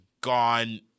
gone